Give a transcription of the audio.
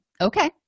Okay